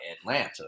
Atlanta